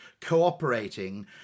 cooperating